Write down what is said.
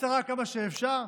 בקצרה כמה שאפשר.